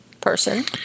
person